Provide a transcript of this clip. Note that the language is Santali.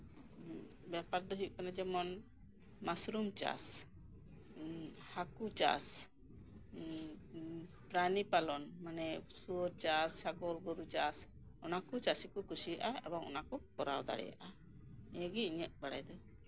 ᱵᱮᱯᱟᱨ ᱫᱚ ᱦᱩᱭᱩᱜ ᱠᱟᱱᱟ ᱡᱮᱢᱚᱱ ᱢᱟᱥᱨᱩᱢ ᱪᱟᱥ ᱦᱟᱹᱠᱩ ᱪᱟᱥ ᱯᱨᱟᱱᱤ ᱯᱟᱞᱚᱱ ᱢᱟᱱᱮ ᱥᱩᱭᱳᱨ ᱪᱟᱥ ᱜᱳᱨᱩ ᱪᱟᱥ ᱚᱱᱟ ᱠᱚ ᱪᱟᱹᱥᱤ ᱠᱚ ᱠᱩᱥᱤᱭᱟᱜᱼᱟ ᱮᱵᱚᱝ ᱚᱱᱟᱠᱚ ᱠᱚᱨᱟᱣ ᱫᱟᱲᱮᱭᱟᱜᱼᱟ ᱱᱤᱭᱟᱹ ᱜᱮ ᱤᱧᱟᱹᱜ ᱵᱟᱲᱟᱭ ᱫᱚ